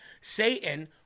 Satan